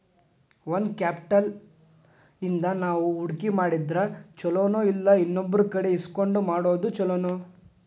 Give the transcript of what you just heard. Own capital ಇಂದಾ ನಾವು ಹೂಡ್ಕಿ ಮಾಡಿದ್ರ ಛಲೊನೊಇಲ್ಲಾ ಇನ್ನೊಬ್ರಕಡೆ ಇಸ್ಕೊಂಡ್ ಮಾಡೊದ್ ಛೊಲೊನೊ?